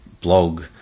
blog